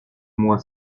moi